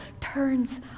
turns